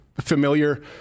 familiar